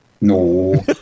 No